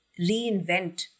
reinvent